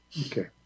Okay